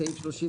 סעיף 85(31)